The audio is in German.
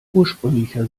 ursprünglicher